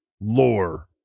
Lore